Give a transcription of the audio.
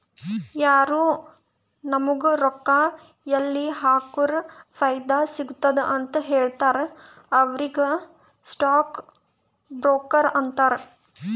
ಯಾರು ನಾಮುಗ್ ರೊಕ್ಕಾ ಎಲ್ಲಿ ಹಾಕುರ ಫೈದಾ ಸಿಗ್ತುದ ಅಂತ್ ಹೇಳ್ತಾರ ಅವ್ರಿಗ ಸ್ಟಾಕ್ ಬ್ರೋಕರ್ ಅಂತಾರ